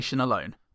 alone